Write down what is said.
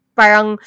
parang